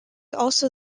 also